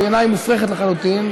בעיניי מופרכת לחלוטין,